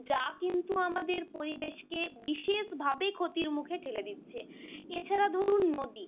যা কিন্তু আমাদের পরিবেশকে বিশেষভাবে ক্ষতির মুখে ঠেলে দিচ্ছে এছাড়া ধরুন নদী